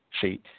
See